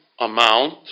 amount